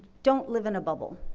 don't live in a bubble.